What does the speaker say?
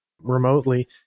remotely